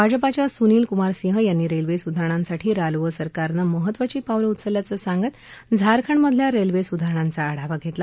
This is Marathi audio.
भाजपाच्या स्नील क्मार सिंह यांनी रेल्वे स्धारणांसाठी रालोआ सरकारनं महत्वाची पावलं उचल्याचं सांगत झारखंडमधल्या रेल्वे सुधारणांचा आढावा घेतला